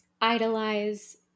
idolize